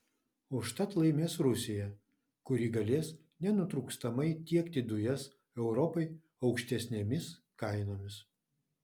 užtat laimės rusija kuri galės nenutrūkstamai tiekti dujas europai aukštesnėmis kainomis